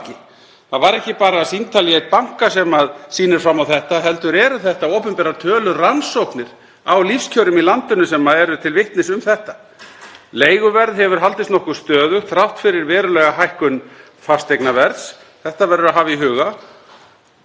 leiguverð haldist nokkuð stöðugt þrátt fyrir verulega hækkun fasteignaverðs. Þetta verður að hafa í huga. Undanfarið ár hefur verðbólga aukist nokkuð, það er engin spurning og er áhyggjuefni, og húsnæðisverðið hefur drifið þá þróun áfram.